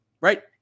right